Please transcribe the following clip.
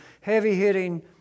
heavy-hitting